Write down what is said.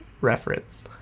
reference